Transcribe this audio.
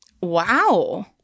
Wow